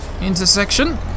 intersection